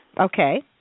Okay